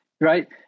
right